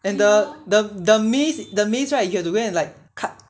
and the the the maize right the maize right you have to went in like cut